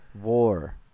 war